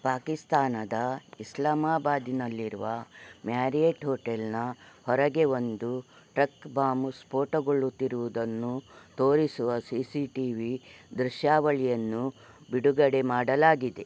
ಪಾಕಿಸ್ತಾನದ ಇಸ್ಲಾಮಾಬಾದಿನಲ್ಲಿರುವ ಮ್ಯಾರಿಯಟ್ ಹೋಟೆಲಿನ ಹೊರಗೆ ಒಂದು ಟ್ರಕ್ ಬಾಂಬ್ ಸ್ಫೋಟಗೊಳ್ಳುತ್ತಿರುವುದನ್ನು ತೋರಿಸುವ ಸಿ ಸಿ ಟಿ ವಿ ದೃಶ್ಯಾವಳಿಯನ್ನು ಬಿಡುಗಡೆ ಮಾಡಲಾಗಿದೆ